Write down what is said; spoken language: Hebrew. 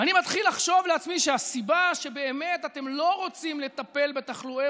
ואני מתחיל לחשוב לעצמי שהסיבה שבאמת אתם לא רוצים לטפל בתחלואי